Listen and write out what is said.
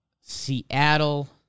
Seattle